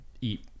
eat